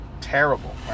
terrible